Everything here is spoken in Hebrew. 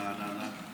ברעננה,